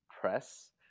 press